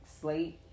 slate